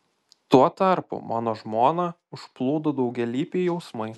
tuo tarpu mano žmoną užplūdo daugialypiai jausmai